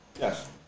Yes